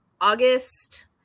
August